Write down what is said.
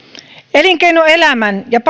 elinkeinoelämän ja